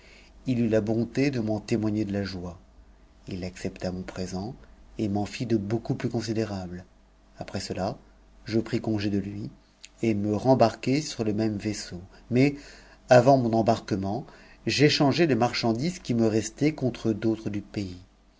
il eut la bonté de m'eu f gner de la joie il accepta mon présent et m'en st de beaucoup plus sidérables après cela je pris congé de lui et me rembarquai sur icn vaisseau mais avant mon embarquement j'échangeai les marchand qui me restaient contre d'autres du pays